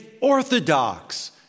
orthodox